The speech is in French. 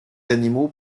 animaux